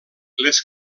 les